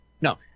No